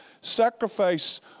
sacrifice